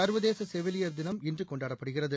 சர்வதேச செவிலியர் தினம் இன்று கொண்டாடப்படுகிறது